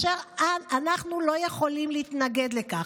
ואנחנו לא יכולים להתנגד לכך.